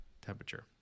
temperature